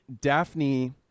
daphne